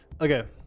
Okay